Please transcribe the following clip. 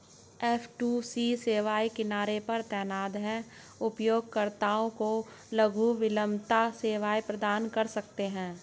F two C सेवाएं किनारे पर तैनात हैं, उपयोगकर्ताओं को लघु विलंबता सेवा प्रदान कर सकते हैं